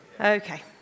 Okay